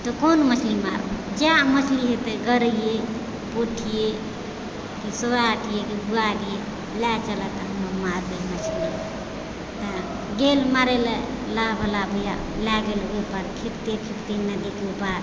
तऽ कोन मछली मारभी जेहे मछली हेतै गरैइये पोठिये कि ग्वारी लए चलह हम मारबै मछली गेल मारैले नाववला भैया लए गेल ओइ पार खेवतै खेवतै नदीके पार